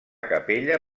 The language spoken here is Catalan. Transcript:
capella